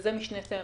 וזה משני טעמים.